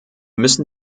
müssen